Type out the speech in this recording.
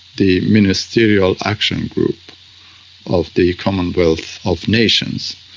the ministerial action group of the commonwealth of nations,